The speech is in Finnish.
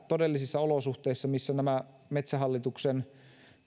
todellisista olosuhteista missä metsähallituksen